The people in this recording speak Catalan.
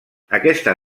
aquesta